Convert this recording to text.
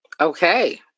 Okay